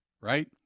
right